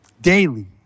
daily